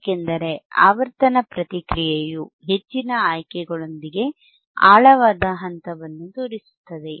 ಏಕೆಂದರೆ ಆವರ್ತನ ಪ್ರತಿಕ್ರಿಯೆಯು ಹೆಚ್ಚಿನ ಆಯ್ಕೆಗಳೊಂದಿಗೆ ಆಳವಾದ ಹಂತವನ್ನು ತೋರಿಸುತ್ತದೆ